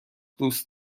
دوست